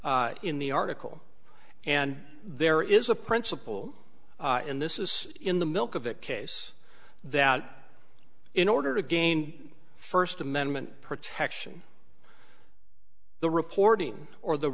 in the article and there is a principle in this is in the milk of the case that in order to gain first amendment protection the reporting or the